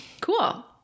Cool